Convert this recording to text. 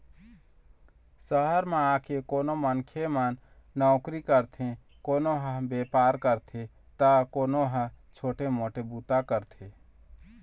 सहर म आके कोनो मनखे मन नउकरी करथे, कोनो ह बेपार करथे त कोनो ह छोटे मोटे बूता करथे